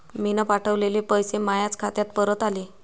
मीन पावठवलेले पैसे मायाच खात्यात परत आले